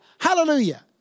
Hallelujah